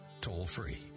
toll-free